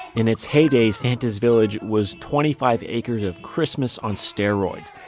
in its heyday, santa's village was twenty five acres of christmas on steroids.